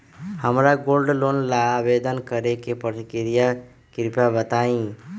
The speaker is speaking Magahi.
हमरा गोल्ड लोन ला आवेदन करे के प्रक्रिया कृपया बताई